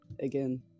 again